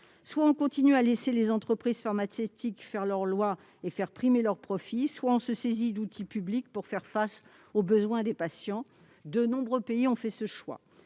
soit on continue à laisser les entreprises pharmaceutiques dicter leur loi et faire primer leurs profits, soit on se saisit d'outils publics pour répondre aux besoins des patients : de nombreux pays ont choisi